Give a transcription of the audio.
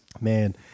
man